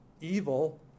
evil